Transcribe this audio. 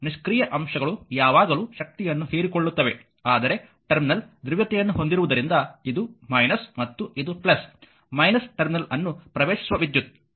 ನಿಷ್ಕ್ರಿಯ ಅಂಶಗಳು ಯಾವಾಗಲೂ ಶಕ್ತಿಯನ್ನು ಹೀರಿಕೊಳ್ಳುತ್ತವೆ ಆದರೆ ಟರ್ಮಿನಲ್ ಧ್ರುವೀಯತೆಯನ್ನು ಹೊಂದಿರುವುದರಿಂದ ಇದು ಮತ್ತು ಇದು ಟರ್ಮಿನಲ್ ಅನ್ನು ಪ್ರವೇಶಿಸುವ ವಿದ್ಯುತ್